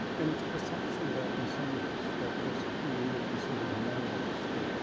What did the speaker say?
and it's precisely that in some ways that has created this sort of moral stir,